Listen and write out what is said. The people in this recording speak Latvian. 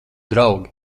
draugi